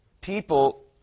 People